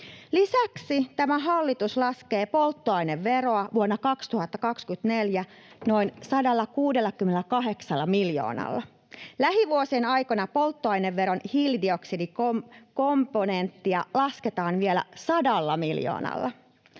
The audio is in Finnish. Lisäksi tämä hallitus laskee polttoaineveroa vuonna 2024 noin 168 miljoonalla. Lähivuosien aikana polttoaineveron hiilidioksidikomponenttia lasketaan vielä 100 miljoonalla.